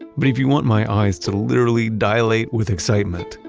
but if you want my eyes to literally dilate with excitement,